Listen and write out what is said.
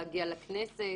להגיע לכנסת,